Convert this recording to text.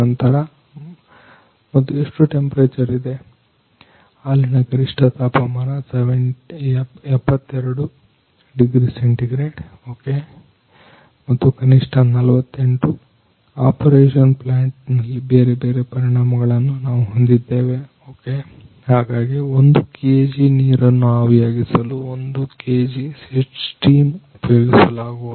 ನಂತರ ಮತ್ತು ಎಷ್ಟು ಟೆಂಪರೇಚರ್ ಇದೆ ಹಾಲಿನ ಗರಿಷ್ಠ ತಾಪಮಾನ 72 ಡಿಗ್ರಿ ಸೆಂಟಿಗ್ರೇಡ್ ಮತ್ತು ಕನಿಷ್ಠ 48 ಆಪರೇಷನ್ ಪ್ಲಾಂಟ್ನಲ್ಲಿ ಬೇರೆ ಬೇರೆ ಪರಿಣಾಮಗಳನ್ನು ನಾವು ಹೊಂದಿದ್ದೇವೆ ಹಾಗಾಗಿ 1 ಕೆಜಿ ನೀರನ್ನು ಆವಿಯಾಗಿಸಲು 1 ಕೆಜಿ ಸ್ಟೀಮ್ ಉಪಯೋಗಿಸಲಾಗುವುದು